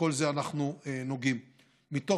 בכל זה אנחנו נוגעים.